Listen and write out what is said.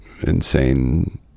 insane